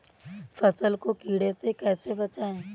फसल को कीड़े से कैसे बचाएँ?